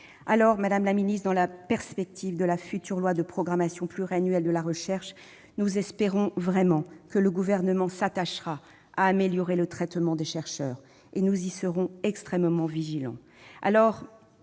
nombre de doctorants. Dans la perspective de la future loi de programmation pluriannuelle de la recherche, nous espérons vraiment que le Gouvernement s'attachera à améliorer le traitement des chercheurs. Nous y serons extrêmement vigilants.